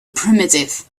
primitive